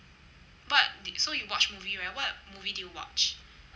but so you watch movie right what movie did you watch